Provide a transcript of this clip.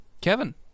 Kevin